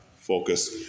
focus